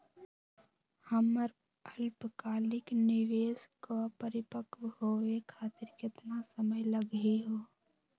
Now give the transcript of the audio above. हमर अल्पकालिक निवेस क परिपक्व होवे खातिर केतना समय लगही हो?